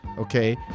Okay